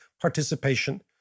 participation